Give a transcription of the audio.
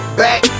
back